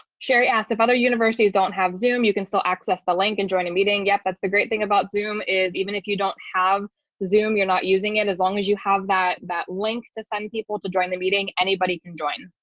sherry asked if other universities don't have zoom, you can still access the link and join a meeting yet. that's the great thing about zoom is even if you don't have zoom, you're not using it as long as you have that that link to send people to join the meeting. anybody can join.